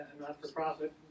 not-for-profit